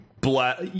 black